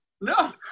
no